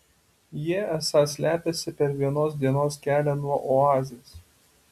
jie esą slepiasi per vienos dienos kelią nuo oazės